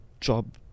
job